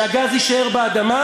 שהגז יישאר באדמה?